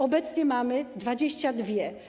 Obecnie mamy 22.